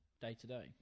day-to-day